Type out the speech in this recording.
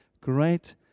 great